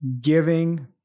giving